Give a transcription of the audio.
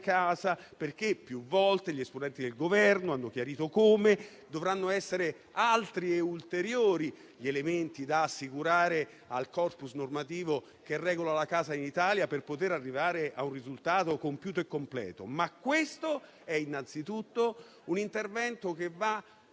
casa. Più volte gli esponenti del Governo hanno chiarito come dovranno essere altri e ulteriori gli elementi da assicurare al *corpus* normativo che regola la casa in Italia per poter arrivare a un risultato compiuto e completo. Questo è però innanzitutto un intervento che va